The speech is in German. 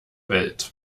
welt